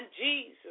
Jesus